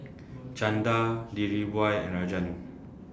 Chanda Dhirubhai and Rajan